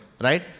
right